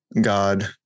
God